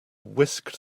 whisked